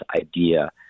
idea